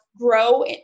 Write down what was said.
grow